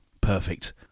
Perfect